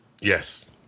Yes